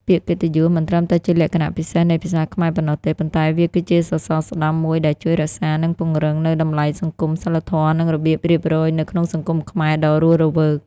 ពាក្យកិត្តិយសមិនត្រឹមតែជាលក្ខណៈពិសេសនៃភាសាខ្មែរប៉ុណ្ណោះទេ ប៉ុន្តែវាគឺជាសរសរស្តម្ភមួយដែលជួយរក្សា និងពង្រឹងនូវតម្លៃសង្គម សីលធម៌ និងរបៀបរៀបរយនៅក្នុងសង្គមខ្មែរដ៏រស់រវើក។